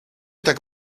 tak